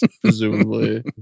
presumably